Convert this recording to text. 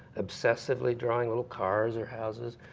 obsessively drawing little cars or houses.